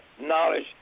knowledge